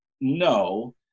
no